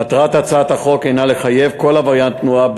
מטרת הצעת החוק הנה לחייב כל עבריין תנועה,